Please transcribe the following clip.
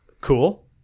Cool